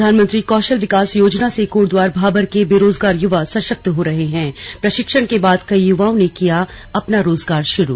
प्रधानमंत्री कौशल विकास योजना से कोटद्वार भाबर के बेरोजगार युवा सशक्त हो रहे हैं प्रशिक्षण के बाद कई युवाओं ने किया अपना रोजगार शुरू